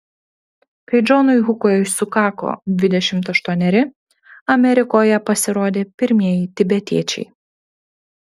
kai džonui hukui sukako dvidešimt aštuoneri amerikoje pasirodė pirmieji tibetiečiai